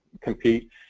compete